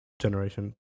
generation